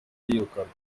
yirukanwe